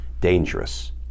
dangerous